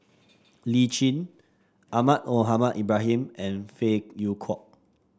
Lee Tjin Ahmad Mohamed Ibrahim and Phey Yew Kok